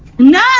No